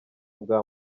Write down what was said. bwa